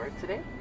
today